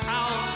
out